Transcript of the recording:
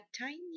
tiny